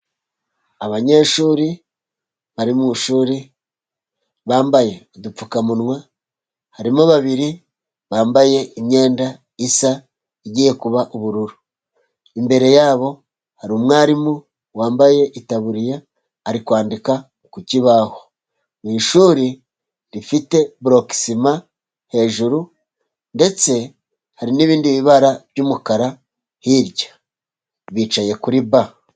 Abanyeshuri bari mu ishuri. Bambaye udupfukamunwa. Harimo babiri bambaye imyenda isa, igiye kuba ubururu. Imbere yabo hari umwarimu wambaye itaburiya ari kwandika ku kibaho. Ni ishuri rifite borokesima hejuru. Ndetse hari n'ibindi bibara by'umukara hirya. bicaye kuri ba.